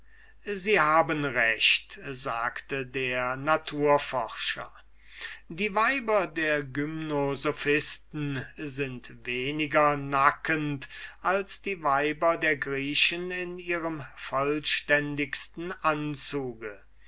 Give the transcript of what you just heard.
sie haben recht sagte der naturforscher die weiber der gymnosophisten sind weniger nackend als die weiber der griechen in ihrem vollständigsten anzuge